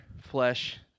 flesh